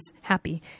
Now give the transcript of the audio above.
happy